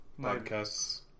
podcasts